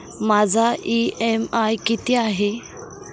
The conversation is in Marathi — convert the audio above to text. माझा इ.एम.आय किती आहे?